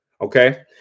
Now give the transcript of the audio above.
Okay